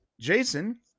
Jason